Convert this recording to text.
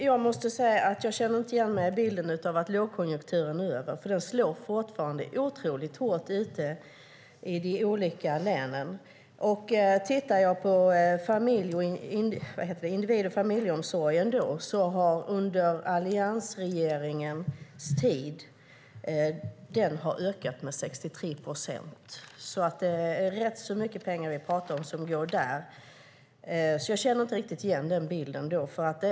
Fru talman! Jag känner inte igen mig i att lågkonjunkturen nu är över. Den slår fortfarande hårt i länen. Individ och familjeomsorgen har ökat med 63 procent under alliansregeringens tid. Det är ganska mycket pengar som går dit.